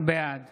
בעד